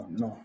no